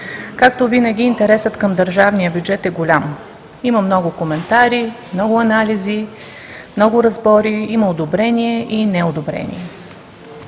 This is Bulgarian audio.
Както винаги интересът към държавния бюджет е голям. Има много коментари, много анализи, много разбори, има одобрение и неодобрение.